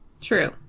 True